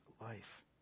life